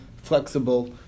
Flexible